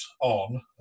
on